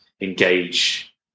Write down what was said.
engage